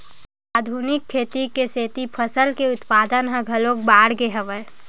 आधुनिक खेती के सेती फसल के उत्पादन ह घलोक बाड़गे हवय